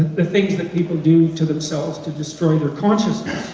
the things that people do to themselves to destroy their consciousness,